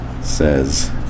Says